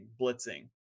blitzing